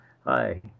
Hi